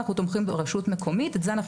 אנחנו תומכים ברשות המקומית ואת זה אנחנו